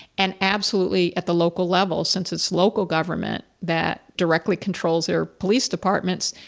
and absolutely at the local level, since it's local government that directly controls their police departments,